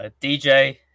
DJ